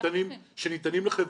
שניתנים לחברה.